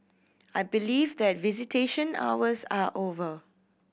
I believe that visitation hours are over